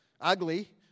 ugly